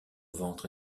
ventre